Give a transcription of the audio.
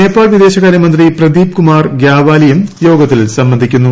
നേപ്പാൾ വിദേശകാര്യമന്ത്രി പ്രദീപ് കുമാർ ഗ്യാവാലിയും യോഗത്തിൽ സംബന്ധിക്കുന്നു